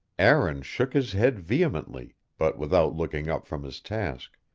aaron shook his head vehemently, but without looking up from his task.